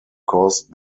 caused